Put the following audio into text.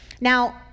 Now